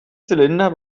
zylinder